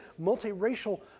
multiracial